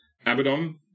Abaddon